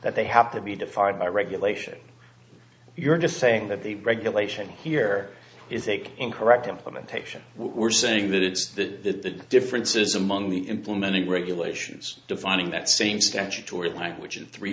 that they have to be defined by regulation you're just saying that the regulation here is a incorrect implementation we're saying that it's the differences among the implementing regulations defining that seem statutory language in three